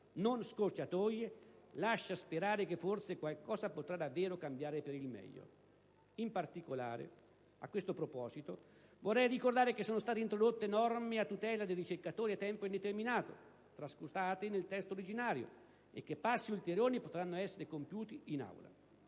non scorciatoie, lascia sperare che forse qualcosa potrà davvero cambiare per il meglio. In particolare, a questo proposito, vorrei ricordare che sono state introdotte norme a tutela dei ricercatori a tempo indeterminato, trascurati dal testo originario, e che passi ulteriori potranno essere compiuti in Aula.